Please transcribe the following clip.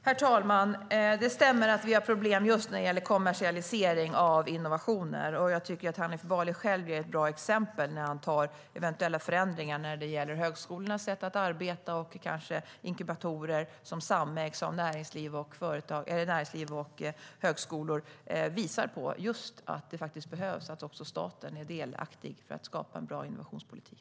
Herr talman! Det stämmer att vi har problem med kommersialisering av innovationer. Jag tycker att Hanif Bali själv ger bra exempel när han talar om eventuella förändringar i högskolornas sätt att arbeta och kanske inkubatorer som samägs av näringsliv och högskolor. Det visar just att staten behöver vara delaktig i att skapa en bra innovationspolitik.